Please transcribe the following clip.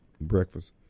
breakfast